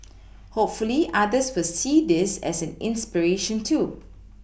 hopefully others will see this as an inspiration too